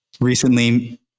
Recently